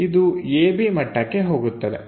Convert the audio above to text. ಇದು ab ಮಟ್ಟಕ್ಕೆ ಹೋಗುತ್ತದೆ